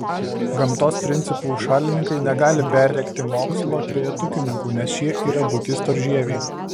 gamtos principų šalininkai negali perrėkti mokslo trejetukininkų nes šie yra buki storžieviai